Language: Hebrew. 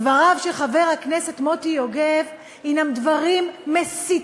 דבריו של חבר הכנסת מוטי יוגב הם דברים מסיתים,